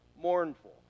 mournful